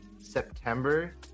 September